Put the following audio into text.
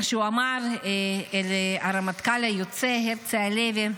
מה שהוא אמר לרמטכ"ל היוצא הרצי הלוי,